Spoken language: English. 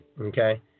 okay